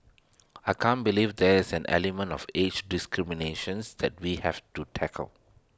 I can't believe there is an element of age discriminations that we have to tackle